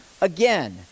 again